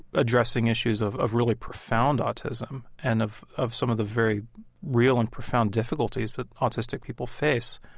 addressing issues of of really profound autism and of of some of the very real and profound difficulties that autistic people face.